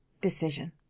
decision